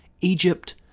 Egypt